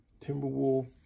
Timberwolf